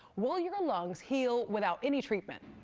will your lungs heal without any treatment?